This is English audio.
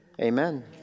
Amen